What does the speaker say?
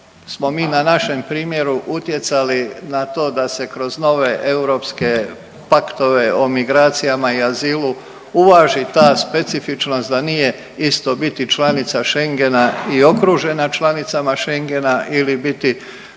smo mi na našem primjeru utjecali na to da se kroz nove europske paktove o migracijama i azilu uvaži ta specifičnost da nije isto biti članica Schengena i okružena članicama Schengena ili biti